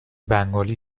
بنگالی